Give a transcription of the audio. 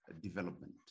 development